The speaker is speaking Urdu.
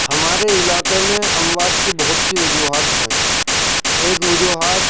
ہمارے علاقے میں اموات کی بہت سی وجوہات ہیں ایک وجوہات